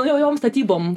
naujom statybom